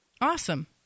Awesome